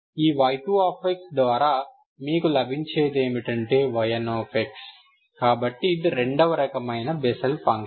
ఈ y2 ద్వారా మీకు లభించే దేమిటంటే yn కాబట్టి ఇది రెండవ రకమైన బెస్సెల్ ఫంక్షన్